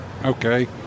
Okay